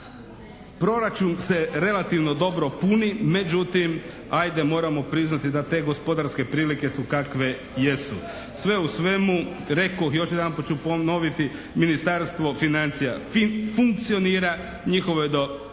proračun se relativno dobro puni, međutim ajde moramo priznati da te gospodarske prilike su takve kakve jesu. Sve u svemu rekoh, još jedanput ću ponoviti Ministarstvo financija funkcionira, njihove pune